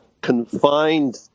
confined